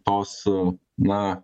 tos na